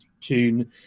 tune